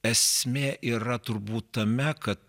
esmė yra turbūt tame kad